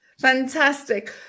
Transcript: Fantastic